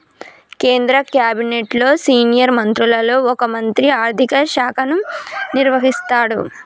కేంద్ర క్యాబినెట్లో సీనియర్ మంత్రులలో ఒక మంత్రి ఆర్థిక శాఖను నిర్వహిస్తాడు